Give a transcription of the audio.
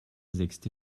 sechste